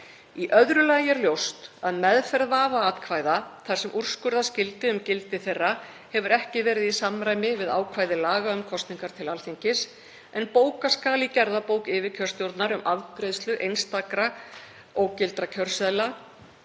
Í öðru lagi er ljóst að meðferð vafaatkvæða þar sem úrskurða skyldi um gildi þeirra hefur ekki verið í samræmi við ákvæði laga um kosningar til Alþingis, en bóka skal í gerðabók yfirkjörstjórnar um afgreiðslu einstakra ógildra kjörseðla